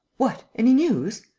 what? any news?